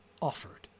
offered